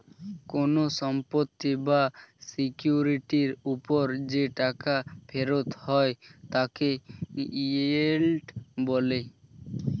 কোন সম্পত্তি বা সিকিউরিটির উপর যে টাকা ফেরত হয় তাকে ইয়েল্ড বলে